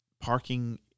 parking